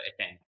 attend